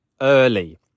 early